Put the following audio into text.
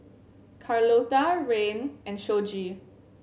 Carlotta Rayne and Shoji